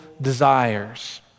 desires